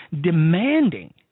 demanding